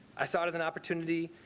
i saw it as an opportunity.